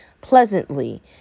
pleasantly